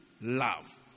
love